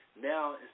now